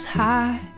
high